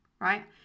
right